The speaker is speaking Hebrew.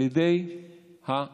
על ידי האופוזיציה,